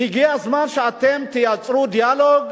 הגיע הזמן שאתם תייצרו דיאלוג